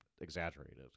exaggerated